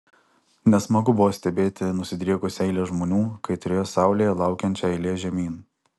nesmagu buvo stebėti nusidriekusią eilę žmonių kaitrioje saulėje laukiančią eilės žemyn